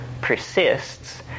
persists